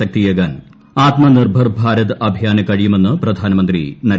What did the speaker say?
ശക്തിയേകാൻ ആത്മനിർഭർ ഭാരത് അഭിയാന് കഴിയുമെന്ന് പ്രധാനമന്ത്രി നരേന്ദ്രമോദി